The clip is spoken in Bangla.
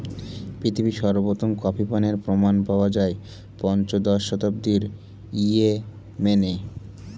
পৃথিবীতে সর্বপ্রথম কফি পানের প্রমাণ পাওয়া যায় পঞ্চদশ শতাব্দীর ইয়েমেনে